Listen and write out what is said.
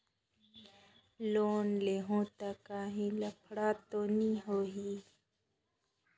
Loan लेहूं ता काहीं लफड़ा तो नी होहि?